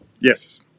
Yes